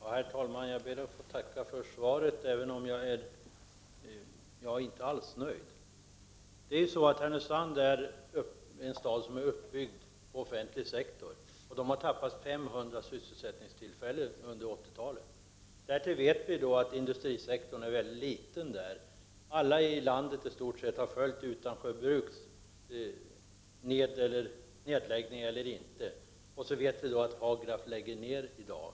Herr talman! Jag ber att få tacka för svaret, även om jag inte alls är nöjd med det. Härnösand är uppbyggd på offentlig sektor, och staden har förlorat 500 sysselsättningstillfällen under 80-talet. Industrisektorn är mycket liten. I stort sett alla i vårt land har följt frågan om nedläggning eller inte av Utansjö Bruk. Därtill kommer att Hagraf nu lägger ner sin verksamhet.